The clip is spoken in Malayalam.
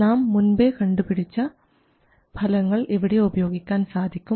നാം മുൻപേ കണ്ടുപിടിച്ച ഫലങ്ങൾ ഇവിടെ ഉപയോഗിക്കാൻ സാധിക്കും